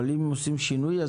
אם עושים שינוי,